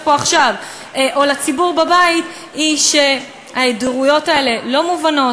פה עכשיו או לציבור בבית היא שההיעדרויות האלה לא מובנות,